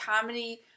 comedy